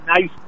nice